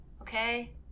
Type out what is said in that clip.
okay